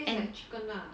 and